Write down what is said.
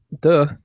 Duh